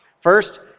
First